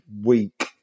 week